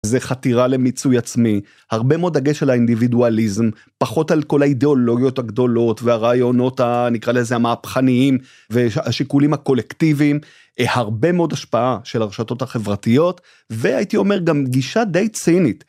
זה חתירה למיצוי עצמי הרבה מאוד דגש על האינדיבידואליזם פחות על כל האידיאולוגיות הגדולות והרעיונות הנקרא לזה המהפכניים והשיקולים הקולקטיביים הרבה מאוד השפעה של הרשתות החברתיות והייתי אומר גם גישה די צינית.